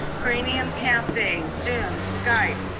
cranium cafe, zoom, skype,